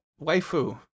waifu